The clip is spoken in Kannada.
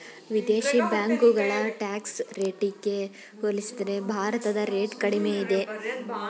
ವಿದೇಶಿ ಬ್ಯಾಂಕುಗಳ ಟ್ಯಾಕ್ಸ್ ರೇಟಿಗೆ ಹೋಲಿಸಿದರೆ ಭಾರತದ ರೇಟ್ ಕಡಿಮೆ ಇದೆ